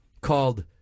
Called